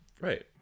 right